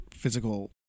physical